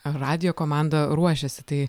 radijo komanda ruošėsi tai